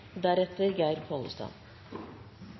området. Geir Pollestad